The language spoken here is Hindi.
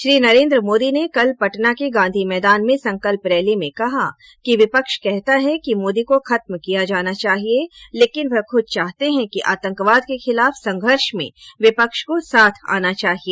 श्री नरेन्द्र मोदी ने कल पटना के गांधी मैदान में संकल्प रैली में कहा कि विपक्ष कहता है कि मोदी को खत्म किया जाना चाहिए लेकिन वह खुद चाहते हैं कि आतंकवाद के खिलाफ संघर्ष में विपक्ष को साथ आना चाहिए